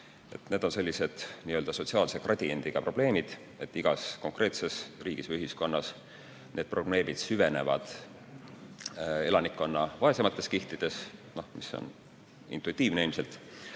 Need on sellised n-ö sotsiaalse gradiendiga probleemid, et igas konkreetses riigis või ühiskonnas seesugused probleemid süvenevad elanikkonna vaesemates kihtides, mis on ilmselt